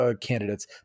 candidates